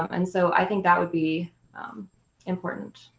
um and so i think that would be important.